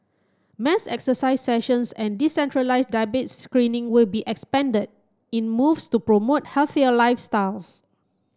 mass exercise sessions and decentralised diabete screening will be expanded in moves to promote healthier lifestyles